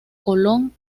colón